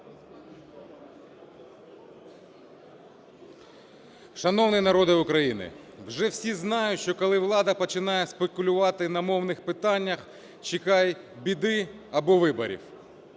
Шановний народе України! Вже всі знають, коли влада починає спекулювати на мовних питаннях – чекай біди або виборів.